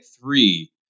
three